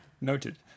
Noted